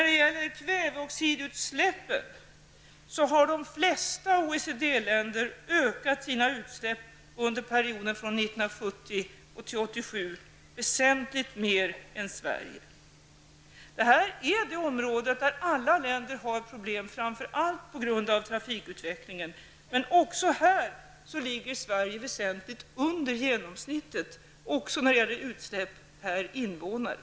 Beträffande kväveoxidutsläppen har de flesta OECD-länder ökat sina utsläpp under perioden 1970--1987 väsentligt mer än Sverige. Det här är ett område där alla länder har problem, framför allt på grund av trafikutvecklingen, men även här ligger Sverige väsentligt under genomsnittet, också när det gäller utsläpp per invånare.